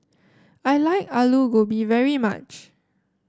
I like Alu Gobi very much